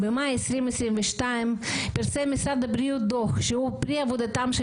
במאי 2022 פרסם משרד הבריאות דוח שהוא פרי עבודתם של